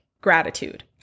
gratitude